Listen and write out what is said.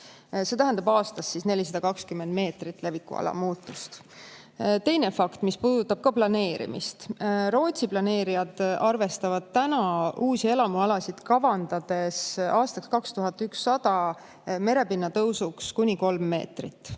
See tähendab aastas 420 meetrit levikuala muutust. Teine fakt, mis puudutab ka planeerimist. Rootsi planeerijad arvestavad uusi elamualasid kavandades aastaks 2100 merepinna tõusuks kuni kolm meetrit.